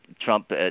Trump